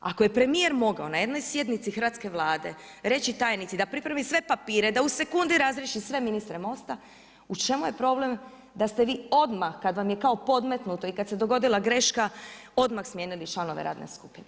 Ako je premjer mogao na jednoj sjednici Hrvatske vlade, reći tajnici da pripremi sve papire, da u sekundi razriješi sve ministre Mosta, u čemu je problem, da ste vi odmah, da kad vam je kako podmetnuto i kad se dogodila greška odmah smijenili članove radne skupine.